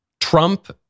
Trump